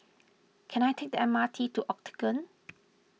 can I take the M R T to Octagon